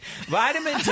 Vitamin